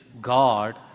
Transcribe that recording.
God